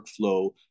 workflow